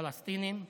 פלסטינים.